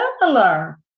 similar